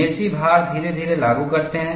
निरसीय भार धीरे धीरे लागू करते हैं